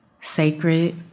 sacred